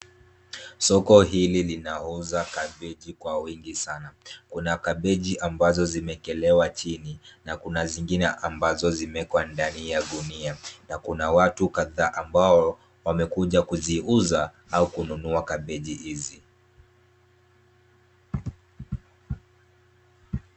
Soko hili linauza kabeji kwa wingi sana, kuna kabeji ambazo zimekelewa chini na kuna zingine ambazo zimewekwa ndani ya gunia, na kuna watu kadhaa ambao wamekuja kuziuza au kununua kabeji hizi.